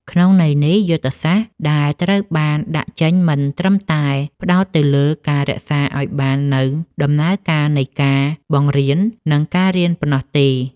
ក្នុងន័យនេះ យុទ្ធសាស្ត្រដែលត្រូវបានដាក់ចេញមិនត្រឹមតែផ្តោតទៅលើការរក្សាឱ្យបាននូវដំណើរការនៃការបង្រៀន និងការរៀនប៉ុណ្ណោះទេ។